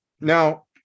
Now